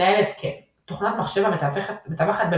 מנהל התקן – תוכנת מחשב המתווכת בין